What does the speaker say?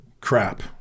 crap